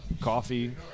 coffee